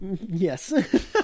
Yes